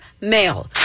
Male